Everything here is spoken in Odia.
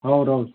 ହଉ ରହୁଛି